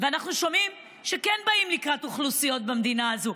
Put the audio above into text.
ואנחנו שומעים שכן באים לקראת אוכלוסיות במדינה הזאת.